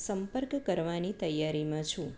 સંપર્ક કરવાની તૈયારીમાં છું